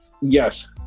yes